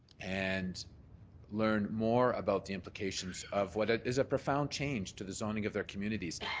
and learn more about the implications of what is a profound change to the zoning of their communities.